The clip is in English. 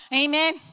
Amen